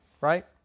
right